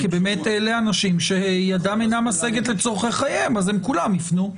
כי באמת אלה אנשים שידם אינה משגת לצרכי חייהם אז הם כולם יפנו,